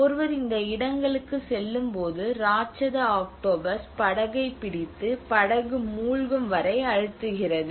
ஒருவர் இந்த இடங்களுக்குச் செல்லும்போது ராட்சத ஆக்டோபஸ் படகைப் பிடித்து படகு மூழ்கும் வரை அழுத்துகிறது